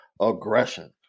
aggression